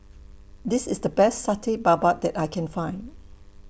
This IS The Best Satay Babat that I Can Find